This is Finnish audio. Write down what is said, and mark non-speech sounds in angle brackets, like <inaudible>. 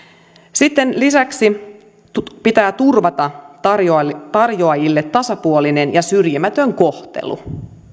sitten lisäksi pitää turvata tarjoajille tarjoajille tasapuolinen ja syrjimätön kohtelu <unintelligible>